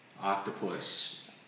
octopus